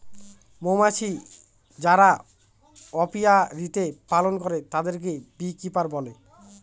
মৌমাছি যারা অপিয়ারীতে পালন করে তাদেরকে বী কিপার বলে